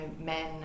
men